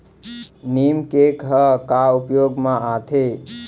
नीम cake ह का उपयोग मा आथे?